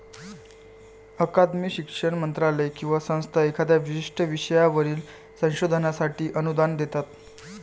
अकादमी, शिक्षण मंत्रालय किंवा संस्था एखाद्या विशिष्ट विषयावरील संशोधनासाठी अनुदान देतात